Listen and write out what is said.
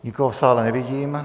Nikoho v sále nevidím.